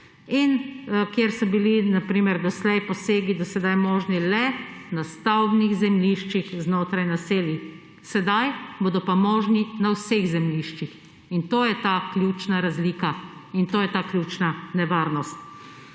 in kjer so bili na primer doslej posegi možni le na stavbnih zemljiščih znotraj naselij, sedaj bodo pa možni na vseh zemljiščih. In to je ta ključna razlika in to je ta ključna nevarnost!